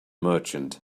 merchant